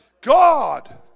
God